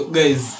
Guys